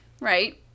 Right